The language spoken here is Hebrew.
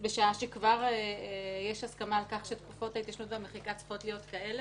בשעה שכבר יש הסכמה על כך שתקופות ההתיישנות והמחיקה צריכות להיות כאלו.